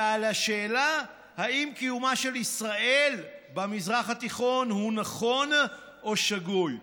ועל השאלה אם קיומה של ישראל במזרח התיכון הא נכון או שגוי,